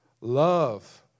Love